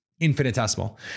infinitesimal